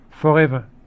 Forever